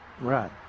Right